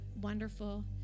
wonderful